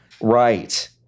right